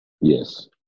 Yes